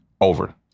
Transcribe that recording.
over